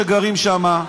שגרים שם,